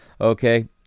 Okay